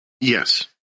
Yes